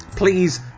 Please